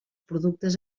productes